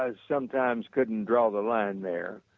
ah sometimes couldn't draw the line there.